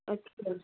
ਅੱਛਾ